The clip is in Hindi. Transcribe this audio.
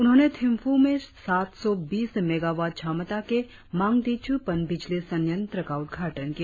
उन्होंने थिम्फू में सात सौ बीस मेगावाट क्षमता के मांगदेछु पनबिजली संयत्र का उदघाटन किया